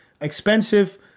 expensive